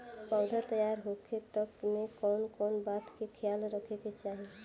पौधा तैयार होखे तक मे कउन कउन बात के ख्याल रखे के चाही?